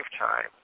lifetime